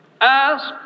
ask